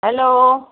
hello